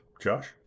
Josh